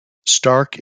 stark